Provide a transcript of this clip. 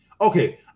Okay